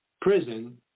prison